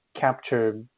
capture